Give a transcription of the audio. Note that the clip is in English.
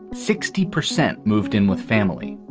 sixty percent moved in with family.